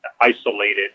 isolated